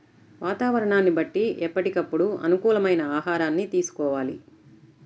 వాతావరణాన్ని బట్టి ఎప్పటికప్పుడు అనుకూలమైన ఆహారాన్ని తీసుకోవాలి